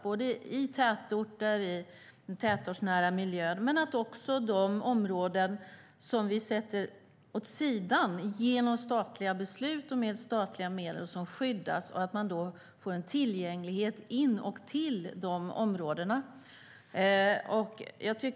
Det gäller både tätorter och tätortsnära miljöer men också områden som vi genom statliga beslut sätter åt sidan och med statliga medel skyddar. Därmed får människorna en tillgänglighet och kan ta sig till de områdena.